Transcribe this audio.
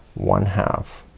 one half